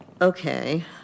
Okay